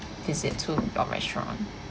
visit to your restaurant